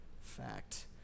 fact